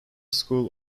school